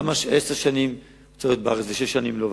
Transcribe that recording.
למה עשר שנים צריך להיות בארץ ושש שנים לא?